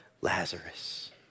Lazarus